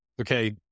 Okay